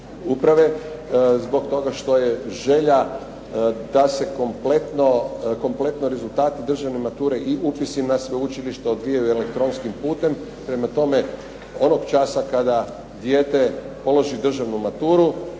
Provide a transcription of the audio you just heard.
uprave, zbog toga što je želja da se kompletno rezultati državne mature i upisi na sveučilištu odvijaju elektronskim putem. Prema tome, onog časa kada dijete položi državnu maturu,